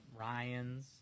Ryan's